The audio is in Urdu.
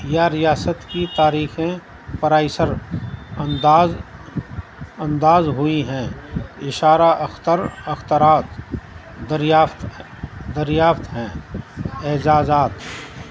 یا ریاست کی تاریخیں پرائسر انداز انداز ہوئی ہیں اشارہ اختر اخترات دریافت دریافت ہیں اعزازات